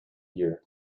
year